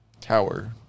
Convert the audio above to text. Tower